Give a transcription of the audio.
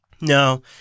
No